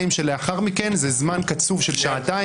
זה זמן קצוב של שעתיים.